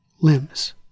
limbs